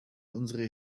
unsere